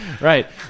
right